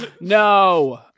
No